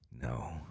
No